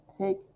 take